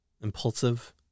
impulsive